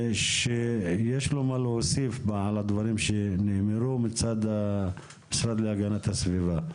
שיש לו מה להוסיף על הדברים שנאמרו מצד המשרד להגנת הסביבה?